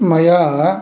मया